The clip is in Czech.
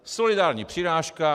Solidární přirážka.